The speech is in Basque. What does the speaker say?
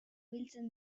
biltzen